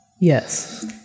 Yes